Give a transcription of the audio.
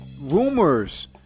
Rumors